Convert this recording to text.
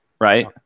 right